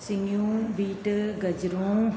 सिंघियूं beet गजरूं